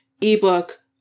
ebook